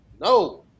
no